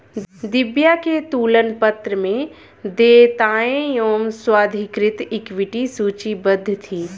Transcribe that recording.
दिव्या के तुलन पत्र में देयताएं एवं स्वाधिकृत इक्विटी सूचीबद्ध थी